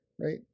Right